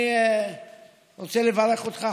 אני רוצה לברך אותך,